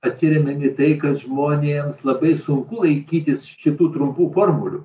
atsiremiam į tai kad žmonėms labai sunku laikytis šitų trumpų formulių